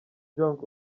jong